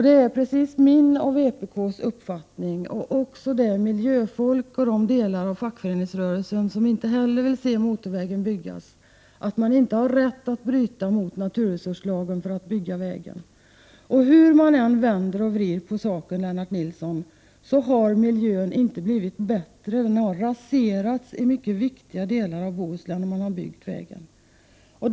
Det är min och vpk:s uppfattning liksom uppfattningen hos miljöfolk och de delar av fackföreningsrörelsen som inte heller vill se motorvägen byggas, att man inte har rätt att bryta mot naturresurslagen för att bygga vägen. Hur man än vänder och vrider på saken, Lennart Nilsson, så har miljön inte blivit bättre, utan den har raserats i mycket viktiga delar av Bohuslän där man har byggt vägen.